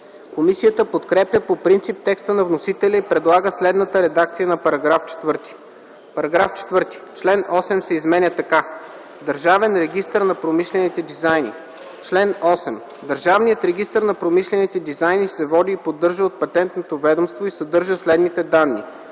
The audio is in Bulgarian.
Комисията подкрепя по принцип текста на вносителя и предлага следната редакция на § 4: § 4. Член 8 се изменя така: „Държавен регистър на промишлените дизайни Чл. 8. Държавният регистър на промишлените дизайни се води и поддържа от Патентното ведомство и съдържа следните данни: